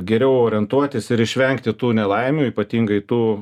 geriau orientuotis ir išvengti tų nelaimių ypatingai tų